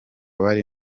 bari